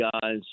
guys